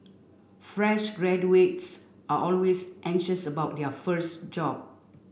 fresh graduates are always anxious about their first job